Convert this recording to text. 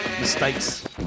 mistakes